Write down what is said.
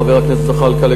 חבר הכנסת זחאלקה,